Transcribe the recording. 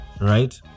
right